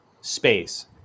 space